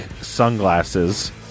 sunglasses